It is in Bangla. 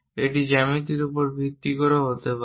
এটি জ্যামিতির উপর ভিত্তি করেও হতে পারে